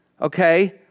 okay